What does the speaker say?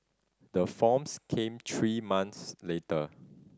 the forms came three months later